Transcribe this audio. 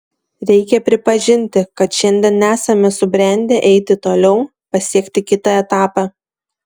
reikia pripažinti kad šiandien nesame subrendę eiti toliau pasiekti kitą etapą